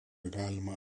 galima